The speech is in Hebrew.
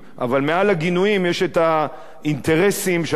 אבל מעל לגינויים יש האינטרסים שאנחנו